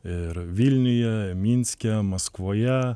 ir vilniuje minske maskvoje